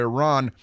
Iran